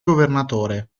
governatore